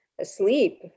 asleep